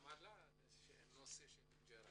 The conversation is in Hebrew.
עלה גם הנושא הזה.